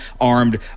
armed